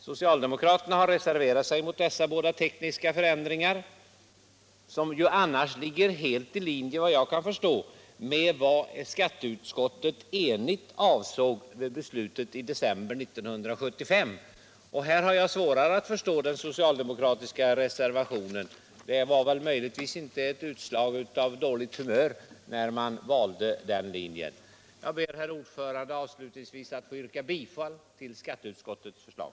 Socialdemokraterna har reserverat sig mot dessa båda tekniska för ändringar, som annars enligt vad jag kan förstå ligger helt i linje med vad skatteutskottet enigt avsåg med ställningstagandet i december 1975. Här har jag svårare att förstå den socialdemokratiska reservationen. Det var väl möjligtvis inte ett utslag av dåligt humör när man valde den linjen? Jag ber avslutningsvis, herr talman, att få yrka bifall till utskottets förslag.